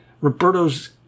Roberto's